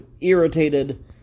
irritated